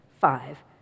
Five